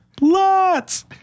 Lots